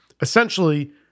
Essentially